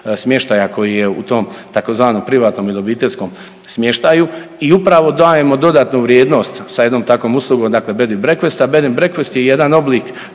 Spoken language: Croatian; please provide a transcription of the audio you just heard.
smještaja koji je u tom tzv. privatnom ili obiteljskom smještaju i upravo dajemo dodatnu vrijednost sa jednom takvom uslugom dakle bed and breakfest, a bed and breakfest je jedan oblik